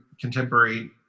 Contemporary